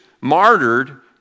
martyred